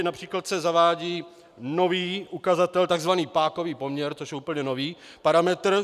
Například se zavádí nový ukazatel tzv. pákový poměr, což je úplně nový parametr.